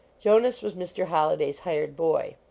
jonas was mr. holliday s hired boy.